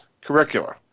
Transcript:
curricula